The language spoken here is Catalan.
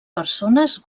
persones